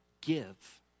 Give